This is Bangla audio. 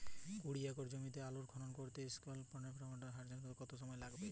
কুড়ি একর জমিতে আলুর খনন করতে স্মল স্কেল পটেটো হারভেস্টারের কত সময় লাগবে?